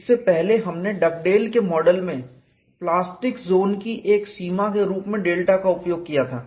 इससे पहले हमने डगडेल के मॉडल में प्लास्टिक जोन की एक सीमा के रूप में डेल्टा का उपयोग किया था